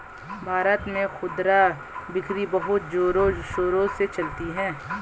भारत में खुदरा बिक्री बहुत जोरों शोरों से चलती है